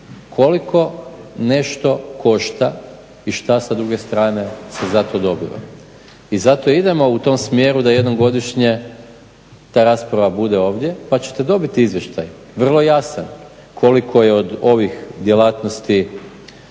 koliko nešto košta i šta se sa druge strane za to dobiva. I zato idemo u tom smjeru da jednom godišnje ta rasprava bude ovdje pa ćete dobiti izvještaj vrlo jasan koliko je od ovih djelatnosti